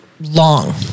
long